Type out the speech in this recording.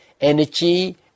energy